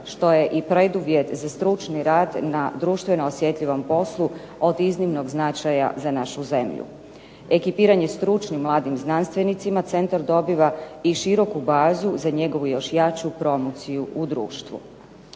što je i preduvjet za stručni rad na društveno osjetljivom poslu, od iznimnog značaja za našu zemlju. Ekipiranje stručnim mladim znanstvenicima centar dobiva i široku bazu za njegovu još jaču promociju u društvu.